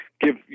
Give